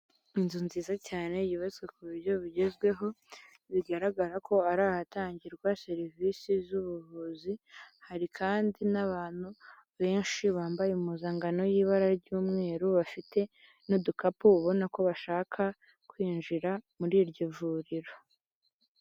Inzu nziza cyane yubatswe ku buryo bugezweho bigaragara ko ari ahatangirwa serivisi z'ubuvuzi, hari kandi n'abantu benshi bambaye impuzangano y'ibara ry'umweru bafite n'udukapu ubona ko bashaka kwinjira muri iryo vuriro.